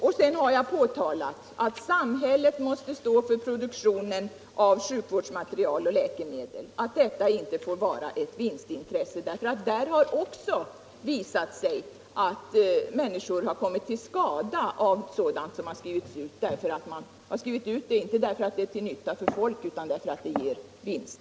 Vidare har jag påtalat att samhället måste stå för produktionen av sjukvårdsmateriel och läkemedel och att detta inte får vara ett vinstintresse. Här har det nämligen också visat sig att människor har kommit till skada av sådant som har skrivits ut, därför att det skrivits ut inte av den anledningen att det är till nytta för folk utan därför att det ger en vinst.